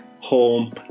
home